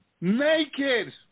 naked